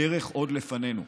הדרך עוד לפנינו,